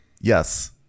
yes